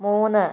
മൂന്ന്